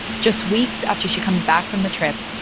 just weeks after she comes back from the trip,